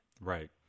Right